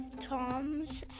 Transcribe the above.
Tom's